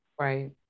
right